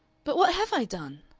but what have i done?